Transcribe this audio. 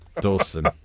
Dawson